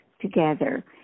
together